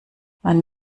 man